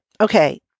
Okay